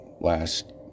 last